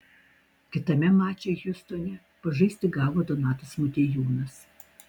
kitame mače hjustone pažaisti gavo donatas motiejūnas